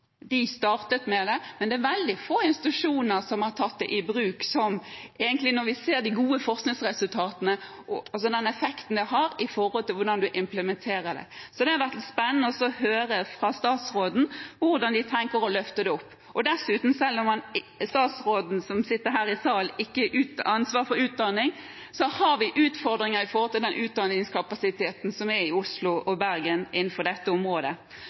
i bruk, til tross for de gode forskningsresultatene og den effekten det har, i forhold til hvordan man implementerer det. Det hadde vært spennende å høre fra statsråden hvordan de tenker å løfte det opp. Selv om statsråden som sitter her i salen, ikke har ansvar for utdanning, har vi utfordringer når det gjelder utdanningskapasiteten i Oslo og Bergen på dette området.